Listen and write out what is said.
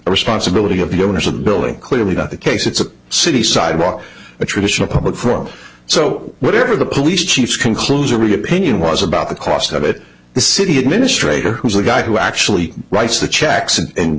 responsibility of the owners of the building clearly not the case it's a city sidewalk a traditional public forum so whatever the police chief conclusory opinion was about the cost of it the city administrator who's the guy who actually writes the checks and